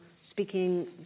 speaking